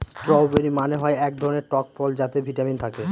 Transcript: strawberry মানে হয় এক ধরনের টক ফল যাতে ভিটামিন থাকে